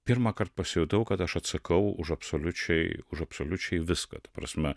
pirmąkart pasijutau kad aš atsakau už absoliučiai už absoliučiai viską ta prasme